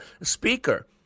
speaker